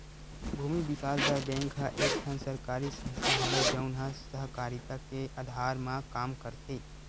भूमि बिकास बर बेंक ह एक ठन सरकारी संस्था हरय, जउन ह सहकारिता के अधार म काम करथे